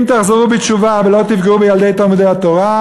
אם תחזרו בתשובה ולא תפגעו בילדי תלמודי-התורה,